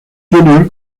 junior